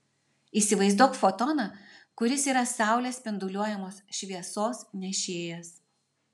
įsivaizduok fotoną kuris yra saulės spinduliuojamos šviesos nešėjas